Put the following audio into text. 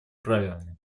правилами